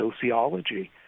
sociology